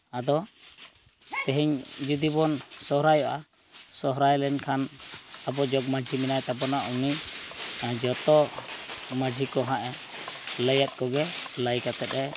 ᱟᱫᱚ ᱛᱮᱦᱤᱧ ᱡᱩᱫᱤᱵᱚᱱ ᱥᱚᱦᱨᱟᱭᱚᱜᱼᱟ ᱥᱚᱦᱨᱟᱭ ᱞᱮᱱᱠᱷᱟᱱ ᱟᱵᱚ ᱡᱚᱜᱽ ᱢᱟᱺᱡᱷᱤ ᱢᱮᱱᱟᱭ ᱛᱟᱵᱚᱱᱟ ᱩᱱᱤ ᱡᱚᱛᱚ ᱢᱟᱺᱡᱷᱤ ᱠᱚ ᱦᱟᱸᱜᱼᱮ ᱞᱟᱹᱭᱟᱫ ᱠᱚᱜᱮ ᱞᱟᱹᱭ ᱠᱟᱛᱮᱫ ᱮ